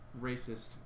racist